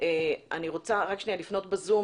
ולפנות בזום